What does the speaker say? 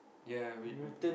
ya we